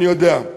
אני יודע.